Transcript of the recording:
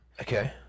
Okay